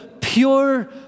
pure